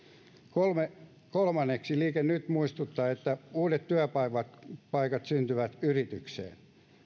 kolmanneksi liike nyt muistuttaa että uudet työpaikat työpaikat syntyvät yrityksiin